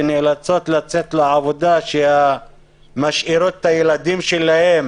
שנאלצות לצאת לעבודה ומשאירות את הילדים שלהן,